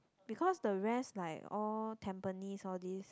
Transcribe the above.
because the rest like all Tampines all this